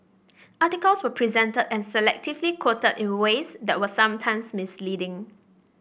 articles were presented and selectively quoted in ways that were sometimes misleading